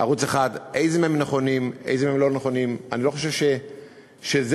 ערוץ 1. ערוץ 1. ערוץ 1. איזה מהם נכונים,